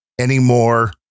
Anymore